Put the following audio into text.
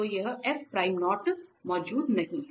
तो यह मौजूद नहीं है